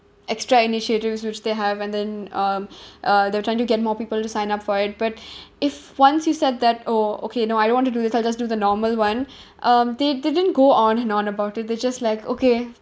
extra initiatives which they have and then um uh they were trying to get more people to sign up for it but if once you said that oh okay no I don't want to do this I'll just do the normal one um they didn't go on and on about it they just like okay